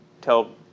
tell